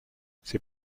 c’est